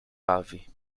bawi